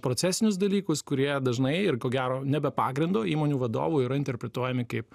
procesinius dalykus kurie dažnai ir ko gero ne be pagrindo įmonių vadovų yra interpretuojami kaip